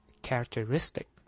Characteristic